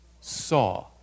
Saw